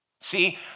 See